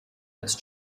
ist